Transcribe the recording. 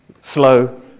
slow